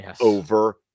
over